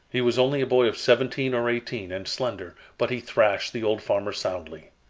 he was only a boy of seventeen or eighteen and slender, but he thrashed the old farmer soundly.